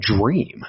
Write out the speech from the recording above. dream